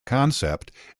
concept